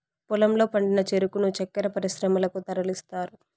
పొలంలో పండిన చెరుకును చక్కర పరిశ్రమలకు తరలిస్తారు